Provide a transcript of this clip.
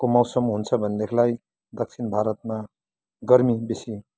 को मौसम हुन्छ भनेदेखिलाई दक्षिण भारतमा गर्मी बेसी